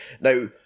now